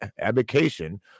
abdication